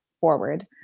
forward